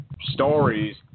Stories